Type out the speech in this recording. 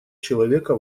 человека